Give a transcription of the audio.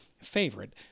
favorite